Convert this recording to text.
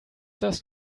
das